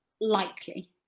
Likely